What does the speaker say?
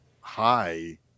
high